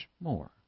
more